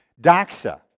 Doxa